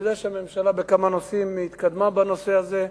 אני יודע שהממשלה התקדמה בכמה נושאים בעניין הזה.